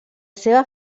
seva